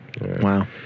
Wow